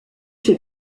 fait